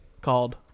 called